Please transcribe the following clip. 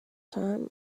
time